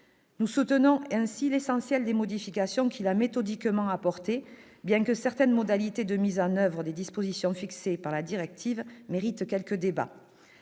Nous soutenons ainsi l'essentiel des modifications qu'il a méthodiquement apportées, bien que certaines modalités de mise en oeuvre des dispositions fixées par la directive méritent quelques débats.